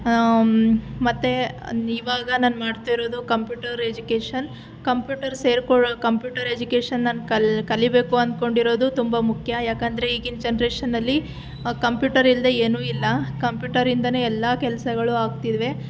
ಮತ್ತೆ ಇವಾಗ ನಾನು ಮಾಡ್ತಿರೋದು ಕಂಪ್ಯೂಟರ್ ಎಜುಕೇಷನ್ ಕಂಪ್ಯೂಟರ್ ಸೇರಿಕೊಳ್ಳೋ ಕಂಪ್ಯೂಟರ್ ಎಜುಕೇಷನ್ ನಾನು ಕಲ್ ಕಲಿಬೇಕು ಅಂದ್ಕೊಂಡಿರೋದು ತುಂಬ ಮುಖ್ಯ ಯಾಕೆಂದರೆ ಈಗಿನ ಜನ್ರೇಷನಲ್ಲಿ ಕಂಪ್ಯೂಟರ್ ಇಲ್ಲದೇ ಏನೂ ಇಲ್ಲ ಕಂಪ್ಯೂಟರಿಂದನೇ ಎಲ್ಲ ಕೆಲಸಗಳು ಆಗ್ತಿವೆ